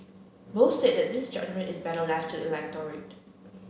both said that this judgement is better left to electorate